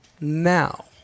now